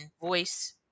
voice